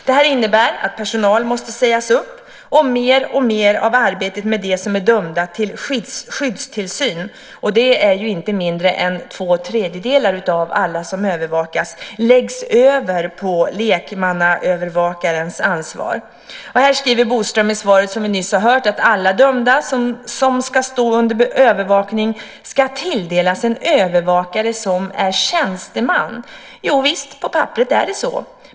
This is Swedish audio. Det innebär att personal måste sägas upp, och mer och mer av arbetet med dem som är dömda till skyddstillsyn, och det är inte mindre än två tredjedelar av alla som övervakas, läggs över på lekmannaövervakarens ansvar. Thomas Bodström skriver i svaret att alla dömda som ska stå under övervakning ska tilldelas en övervakare som är tjänsteman. Jo visst, på papperet är det så.